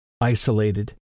isolated